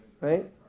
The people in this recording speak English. right